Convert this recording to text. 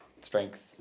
strength